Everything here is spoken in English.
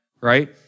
right